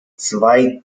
zwei